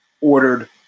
ordered